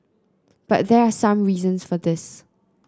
but there are some reasons for this